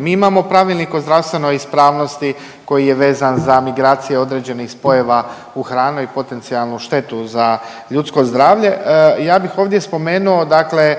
Mi imamo Pravilnik o zdravstvenoj ispravnosti koji je vezan za migracije određenih spojeva u hrani i potencijalnu štetu za ljudsko zdravlje, ja bih ovdje spomenuo dakle